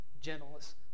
gentleness